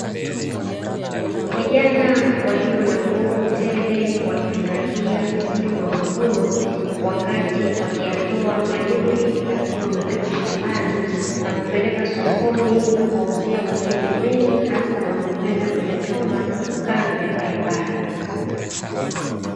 Vijana walio na nguvu tele wakifurahia msimu wa mavuno wakati wakiyatoa mahindi yakiwa mabichi shambani na kupeleka sokoni, na kuwauzia wateja wengi hasa wanaopenda kuchoma kando ya barabara.